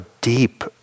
deep